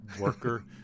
worker